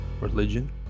religion